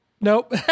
Nope